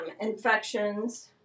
infections